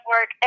work